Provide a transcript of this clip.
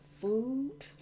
food